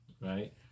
right